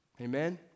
Amen